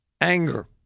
anger